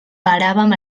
paràvem